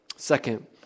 Second